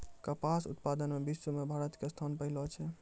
कपास उत्पादन मॅ विश्व मॅ भारत के स्थान पहलो छै